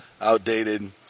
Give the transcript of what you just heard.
outdated